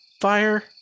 fire